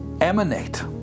emanate